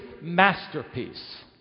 masterpiece